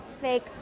fake